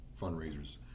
fundraisers